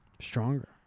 Stronger